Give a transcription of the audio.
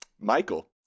Michael